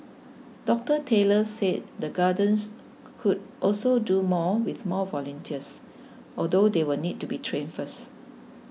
Doctor Taylor said the gardens could also do more with more volunteers although they will need to be trained first